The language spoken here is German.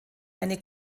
eine